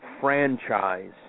franchise